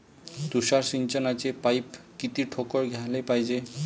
तुषार सिंचनाचे पाइप किती ठोकळ घ्याले पायजे?